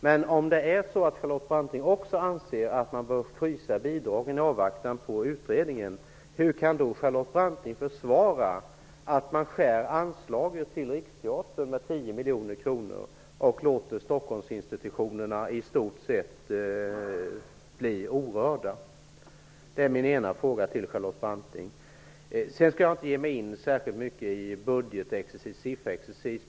Men om även Charlotte Branting anser att man bör frysa bidragen i avvakten på utredningen, hur kan Charlotte Branting då försvara att man skär ner anslaget till Stockholmsinstitutionerna i stort sett bli orörda? Det är min ena fråga till Charlotte Branting. Sedan skall jag inte ge mig in särskilt mycket på sifferexercis.